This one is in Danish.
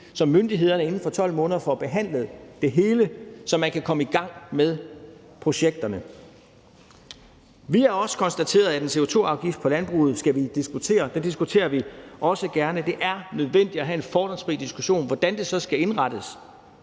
så myndighederne inden for 12 måneder får behandlet det hele, så man kan komme i gang med projekterne. Vi har også konstateret, at vi skal diskutere en CO2-afgift på landbruget, og den diskuterer vi også gerne. Det er nødvendigt at have en fordomsfri diskussion om, hvordan det så skal indrettes.